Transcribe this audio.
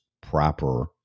proper